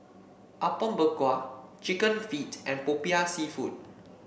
Apom Berkuah chicken feet and Popiah seafood